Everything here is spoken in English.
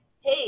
hey